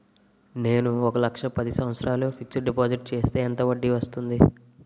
నేను ఒక లక్ష పది సంవత్సారాలు ఫిక్సడ్ డిపాజిట్ చేస్తే ఎంత వడ్డీ వస్తుంది?